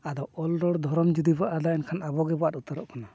ᱟᱫᱚ ᱚᱞ ᱨᱚᱲ ᱫᱷᱚᱨᱚᱢ ᱡᱩᱫᱤ ᱵᱚᱱ ᱟᱫᱟ ᱮᱱᱠᱷᱟᱱ ᱟᱵᱚ ᱜᱮᱵᱚᱱ ᱟᱫ ᱩᱛᱟᱹᱨᱚᱜ ᱠᱟᱱᱟ